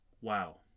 Wow